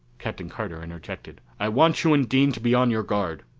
captain carter interjected, i want you and dean to be on your guard.